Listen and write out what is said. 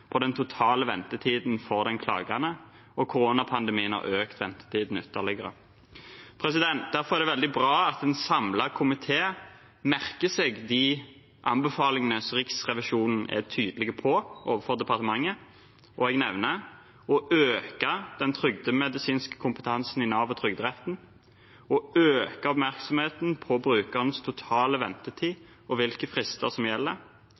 på den totale ventetiden for den klagende, og koronapandemien har økt ventetiden ytterligere. Derfor er det veldig bra at en samlet komité merker seg de anbefalingene som Riksrevisjonen er tydelig på overfor departementet: øke den trygdemedisinske kompetansen i Nav og Trygderetten øke oppmerksomheten på brukernes totale ventetid og hvilke frister som gjelder